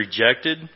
rejected